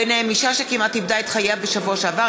ובכלל זה אישה שכמעט איבדה את חייה בשבוע שעבר,